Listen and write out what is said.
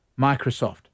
Microsoft